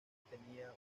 tenía